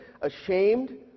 Ashamed